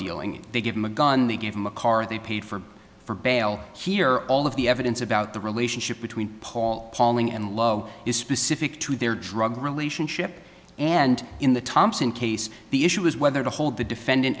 dealing and they give him a gun they gave him a car they paid for for bail here all of the evidence about the relationship between paul palling and lowe is specific to their drug relationship and in the thompson case the issue is whether to hold the defendant